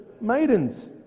Maidens